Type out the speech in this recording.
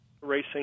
racing